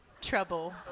trouble